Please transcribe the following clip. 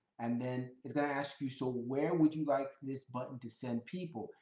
and then it's going to ask you, so where would you like this button to send people?